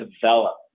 develop